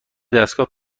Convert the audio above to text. دستگاه